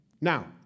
Now